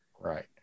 Right